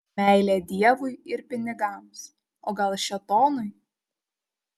meilė dievui ir pinigams o gal šėtonui